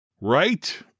right